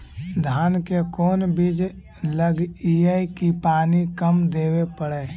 धान के कोन बिज लगईऐ कि पानी कम देवे पड़े?